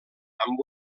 amb